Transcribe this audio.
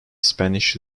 spanish